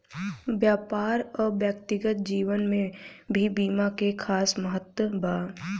व्यापार आ व्यक्तिगत जीवन में भी बीमा के खास महत्व बा